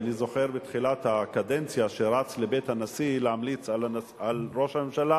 אני זוכר שבתחילת הקדנציה הוא רץ לבית הנשיא להמליץ על ראש הממשלה